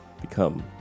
become